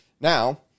Now-